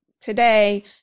today